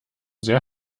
sehr